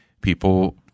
people –